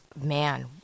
man